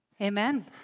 Amen